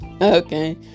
Okay